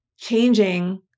changing